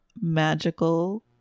magical